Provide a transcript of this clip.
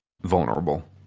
vulnerable